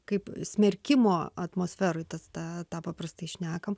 kaip smerkimo atmosferoj ta tą tą paprastai šnekam